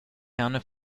herne